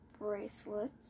bracelets